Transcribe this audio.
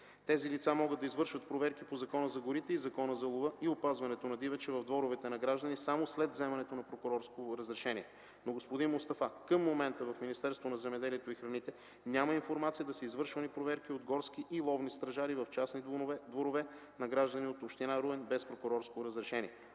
Тези лица могат да извършват проверки по Закона за горите и Закона за лова и опазването на дивеча в дворовете на гражданите само след вземане на прокурорско разрешение. Но, господин Мустафа, към момента в Министерството на земеделието и храните няма информация да са извършвани проверки от горски и ловни стражари в частни дворове на граждани от община Руен без прокурорско разрешение.